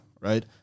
Right